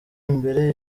imbere